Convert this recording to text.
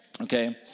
Okay